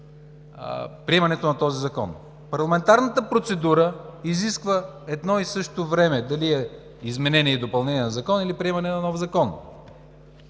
приемането на този закон. Парламентарната процедура изисква едно и също време – дали е изменение и допълнение на Закона, или приемане на нов закон.